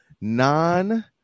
non